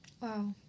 Wow